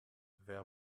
ver